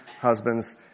husbands